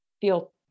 feel